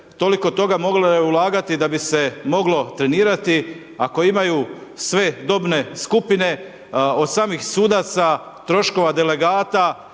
toliko toga je moglo ulagati da bi se moglo trenirati, ako imaju sve dobne skupine, od samih sudaca, troškova delegata,